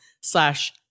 slash